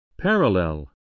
Parallel